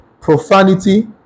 profanity